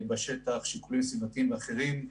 שיקולים סביבתיים ואחרים.